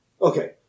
Okay